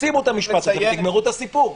שימו את המשפט הזה, תגמרו את הסיפור.